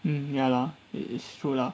um ya lah it is true lah